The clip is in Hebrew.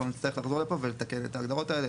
נצטרך לחזור לפה ולתקן את ההגדרות האלה.